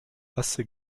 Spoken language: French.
assez